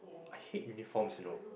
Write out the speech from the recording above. I hate uniforms you know